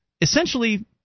essentially